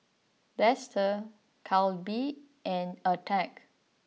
Dester Calbee and Attack